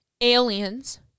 aliens